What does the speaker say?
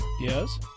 Yes